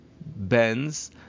bends